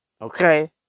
Okay